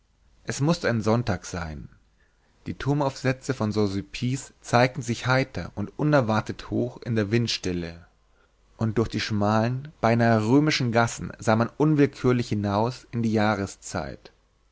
es mußte ein sonntag sein die turmaufsätze von saint sulpice zeigten sich heiter und unerwartet hoch in der windstille und durch die schmalen beinah römischen gassen sah man unwillkürlich hinaus in die jahreszeit